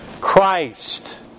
Christ